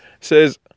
Says